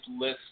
list